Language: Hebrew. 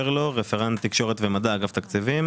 תקשורת ומדע באגף התקציבים.